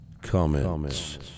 comments